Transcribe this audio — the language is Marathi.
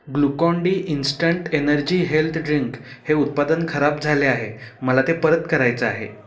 Glucon D instant energy health drink हे उत्पादन खराब झाले आहे मला ते परत करायचं आहे